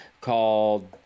called